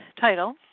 title